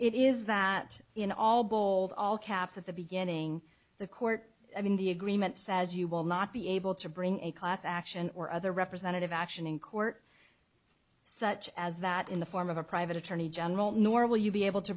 it is that in all bold all caps at the beginning the court i mean the agreement says you will not be able to bring a class action or other representative action in court such as that in the form of a private attorney general nor will you be able to